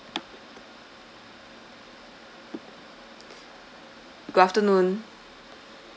good afternoon